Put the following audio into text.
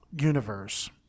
universe